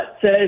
says